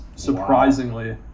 Surprisingly